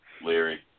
Leary